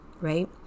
right